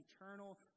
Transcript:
eternal